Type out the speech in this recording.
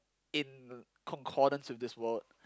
in concordance with this world